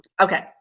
Okay